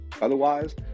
Otherwise